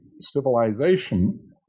civilization